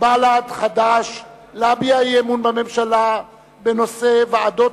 בל"ד וחד"ש להביע אי-אמון בממשלה בנושא: ועדות